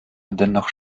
dennoch